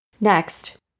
Next